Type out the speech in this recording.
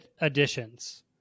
additions